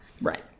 Right